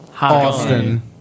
Austin